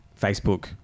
Facebook